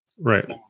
right